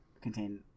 contain